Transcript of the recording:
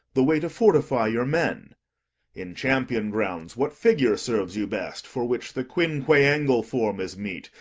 the way to fortify your men in champion grounds what figure serves you best, for which the quinque-angle form is meet,